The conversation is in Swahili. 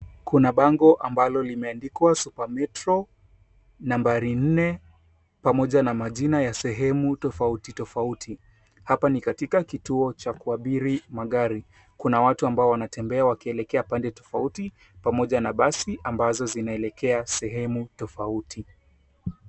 Kuna bango ambalo limeandikwa Supermetro, nambari nne pamoja na majina ya sehemu tofauti tofauti. Hapa ni katika kituo cha kuabiri magari. Kuna watu ambao wanatembea wakielekea pande tofauti pamoja na basi ambazo zinaelekea sehemu tofauti.